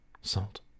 salt